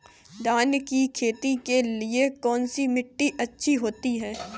धान की खेती के लिए कौनसी मिट्टी अच्छी होती है?